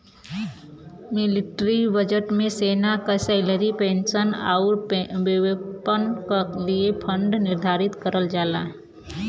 military budget में सेना क सैलरी पेंशन आउर वेपन क लिए फण्ड निर्धारित करल जाला